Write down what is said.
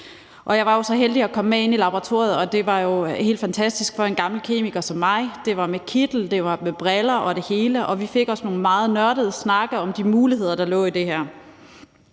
jeg var så heldig at komme med ind i laboratoriet, og det var jo helt fantastisk for en gammel kemiker som mig – det var med kittel, briller og det hele, og vi fik os nogle meget nørdede snakke om de muligheder, der lå i det her.